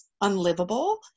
unlivable